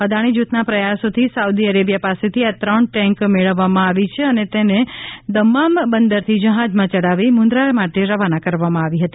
અદાણી જુથના પ્રયાસોથી Saudi Arabia પાસેથી આ ત્રણ ટેન્ક મેળવામાં આવી છે અને તેને દમ્મામ બંદરથી જહાજમાં ચડાવી મુંદ્રા માટે રવાના કરવામાં આવી હતી